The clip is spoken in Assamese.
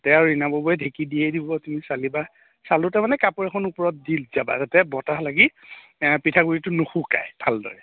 তাতে ৰীণা বৌৱে ঢেঁকী দিয়েই দিব তুমি চালিবা চালোতে মানে কাপোৰ এখন ওপৰত দি যাবা যাতে বতাহ লাগি পিঠাগুড়িটো নুশুকাই ভালদৰে